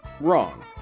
Wrong